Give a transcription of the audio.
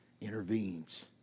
intervenes